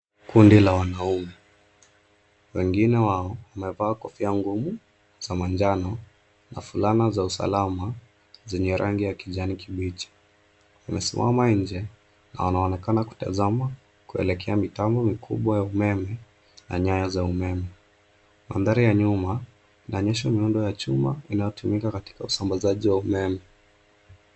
Kundi la wanaume; wengine wao wamevaa kofia ngumu za manjano na fulana za usalama zenye rangi ya kijani kibichi. Wamesimama nje na wanaonekana kutazama kuelekea mitambo mikubwa ya umeme na nyaya za umeme. Mandhari ya nyuma yanaonyesha miundo ya chuma inayotumika katika usambazaji wa umeme.